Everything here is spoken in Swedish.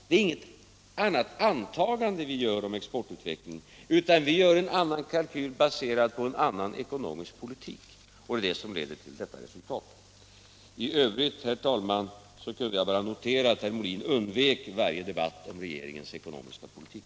Det är inget annat antagande vi gör om exportutvecklingen, utan vi gör en annan kalkyl, baserad på en annan ekonomisk politik, och det är det som leder till detta resultat. I övrigt, herr talman, kunde jag bara notera att herr Molin undvek varje debatt om regeringens ekonomiska politik.